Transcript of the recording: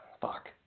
Fuck